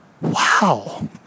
wow